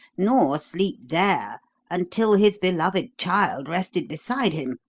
nor sleep there until his beloved child rested beside him.